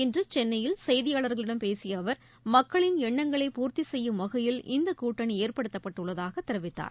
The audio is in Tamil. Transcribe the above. இன்று சென்னையில் செய்தியாளர்களிடம் பேசிய அவர் மக்களின் எண்ணங்களை பூர்த்தி செய்யும் வகையில் இந்த கூட்டணி ஏற்படுத்தப்பட்டுள்ளதாக தெரிவித்தார்